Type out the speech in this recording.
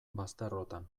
bazterrotan